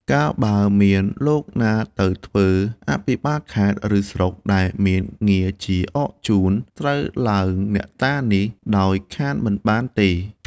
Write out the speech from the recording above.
កាលបើមានលោកណាទៅធ្វើអភិបាលខេត្ត ឬ ស្រុក ដែលមានងារជាអរជូន ត្រូវឡើងអ្នកតានេះដោយខានមិនបានទេ ៕